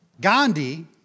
Gandhi